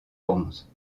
bronze